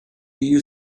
you